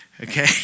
Okay